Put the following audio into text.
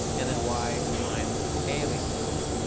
and and y times alien size.